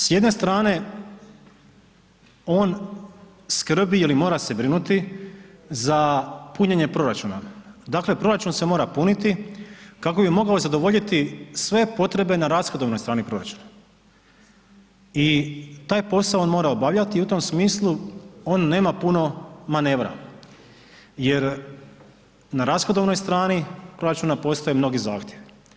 S jedne strane on skrbi ili mora se brinuti za punjenje proračuna, dakle proračun se mora puniti kako bi mogao zadovoljiti sve potrebe na rashodovnoj strani proračuna i taj posao on mora obavljati i u tom smislu on nema puno manevra jer na rashodovnoj strani proračun postoje mnogi zahtjevi.